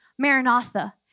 Maranatha